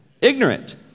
Ignorant